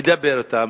ידבר אתם,